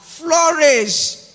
flourish